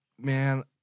man